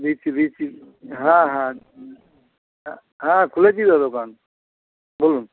দিচ্ছি দিচ্ছি হ্যাঁ হ্যাঁ অ্যাঁ হ্যাঁ খুলেছি তো দোকান বলুন